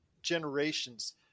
generations